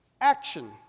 action